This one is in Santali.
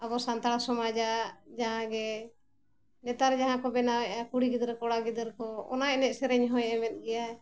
ᱟᱵᱚ ᱥᱟᱱᱛᱟᱲ ᱥᱚᱢᱟᱡᱟᱜ ᱡᱟᱦᱟᱸ ᱜᱮ ᱱᱮᱛᱟᱨ ᱡᱟᱦᱟᱸ ᱠᱚ ᱵᱮᱱᱟᱣᱮᱜᱼᱟ ᱠᱩᱲᱤ ᱜᱤᱫᱽᱨᱟᱹ ᱠᱚᱲᱟ ᱜᱤᱫᱟᱹᱨ ᱠᱚ ᱚᱱᱟ ᱮᱱᱮᱡ ᱥᱮᱨᱮᱧ ᱦᱚᱸᱭ ᱮᱢᱮᱫ ᱜᱮᱭᱟ